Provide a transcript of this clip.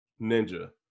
Ninja